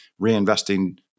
reinvesting